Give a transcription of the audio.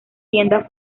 tienda